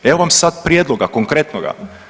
Evo vam sad prijedloga konkretnoga.